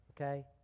okay